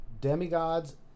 Demigods